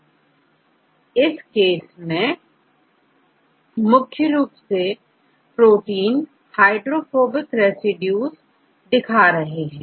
इस केस में यह प्रोटीन मुख्य रूप से हाइड्रोफोबिक रेसिड्यूज दिखा रहा है